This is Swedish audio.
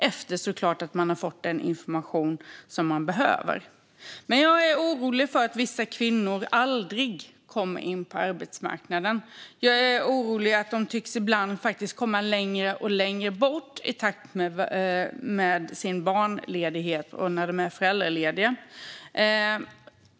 Det ska de såklart göra efter att de har fått den information som de behöver. Jag är orolig för att vissa kvinnor aldrig kommer in på arbetsmarknaden. Jag är orolig för att de ibland tycks komma allt längre bort i takt med deras barnledighet när de är föräldralediga.